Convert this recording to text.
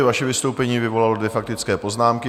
Vaše vystoupení vyvolalo dvě faktické poznámky.